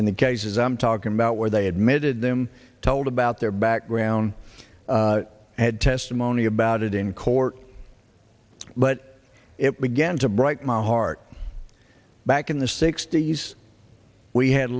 in the cases i'm talking about where they admitted them told about their background and testimony about it in court but it began to break my heart back in the sixty's we had